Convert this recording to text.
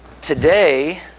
Today